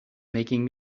making